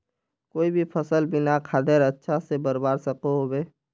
कोई भी सफल बिना खादेर अच्छा से बढ़वार सकोहो होबे?